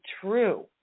true